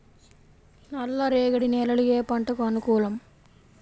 నల్ల రేగడి నేలలు ఏ పంటకు అనుకూలం?